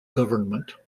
government